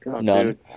None